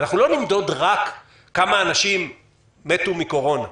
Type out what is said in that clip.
אנחנו לא נמדוד רק כמה אנשים מתו מקורונה.